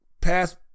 pass